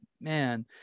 man